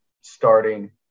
starting